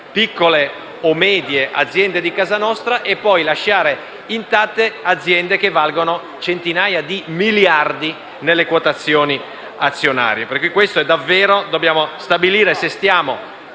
piccole o medie aziende di casa nostra e poi lasciare intatte aziende che valgono centinaia di miliardi nelle quotazioni azionarie. Dobbiamo quindi stabilire se si